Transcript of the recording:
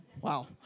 wow